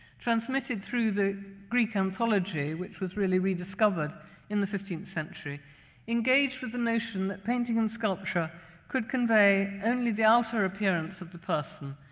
transmitted through the greek anthology which was rediscovered in the fifteenth century engaged with the notion that painting and sculpture could convey only the outer appearance of the person,